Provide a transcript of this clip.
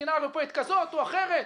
ממדינה אירופאית כזאת או אחרת,